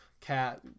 Cat